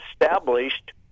established